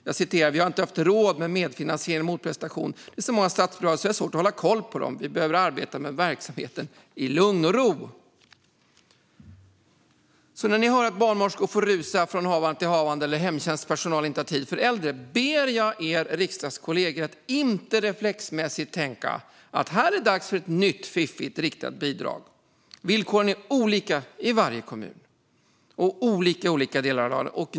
Vanliga svar var: "Vi har inte haft råd med medfinansiering eller motprestation", "det är så många statsbidrag så vi har svårt att hålla koll på dem" eller "vi behöver arbeta med verksamheten i lugn och ro". Så när ni hör att barnmorskor får rusa från havande till havande eller att hemtjänstpersonal inte har tid för äldre ber jag er riksdagskollegor att inte reflexmässigt tänka att här är det dags för ett nytt och fiffigt riktat bidrag. Villkoren är olika i varje kommun och olika i olika delar av landet.